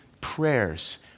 prayers